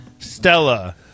Stella